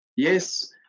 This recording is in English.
Yes